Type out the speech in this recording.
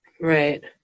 Right